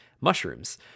mushrooms